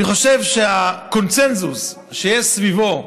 אני חושב שהקונסנזוס שיש סביבו,